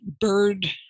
bird